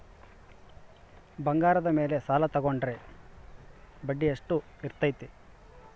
ಬಂಗಾರದ ಮೇಲೆ ಸಾಲ ತೋಗೊಂಡ್ರೆ ಬಡ್ಡಿ ಎಷ್ಟು ಇರ್ತೈತೆ?